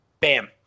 bam